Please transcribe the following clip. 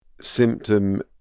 Symptom